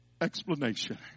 explanation